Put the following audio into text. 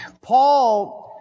Paul